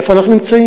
איפה אנחנו נמצאים?